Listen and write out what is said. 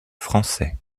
français